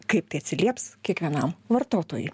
kaip tai atsilieps kiekvienam vartotojui